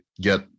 get